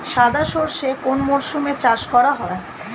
সাদা সর্ষে কোন মরশুমে চাষ করা হয়?